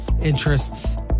interests